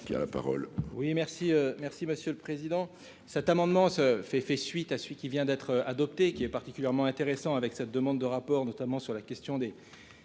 merci Monsieur le Président,